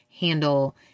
handle